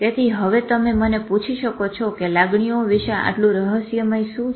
તેથી હવે તમે મને પૂછી શકો છો કે લાગણીઓ વિશે આટલું રહસ્યમય શું છે